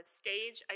stage